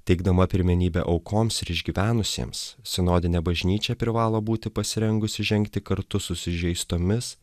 teikdama pirmenybę aukoms išgyvenusiems sinodinė bažnyčia privalo būti pasirengusi žengti kartu su sužeistomis